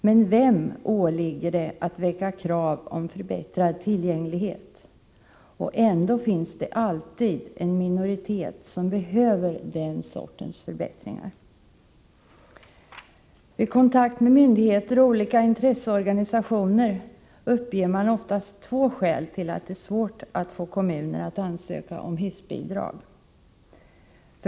Men vem åligger det att väcka krav på förbättrad tillgänglighet? Det finns ändå alltid en minoritet som behöver den sortens förbättringar. Vid kontakt med myndigheter och olika intresseorganisationer uppger man ofta två skäl till att det är svårt att få kommuner att ansöka om hissbidrag.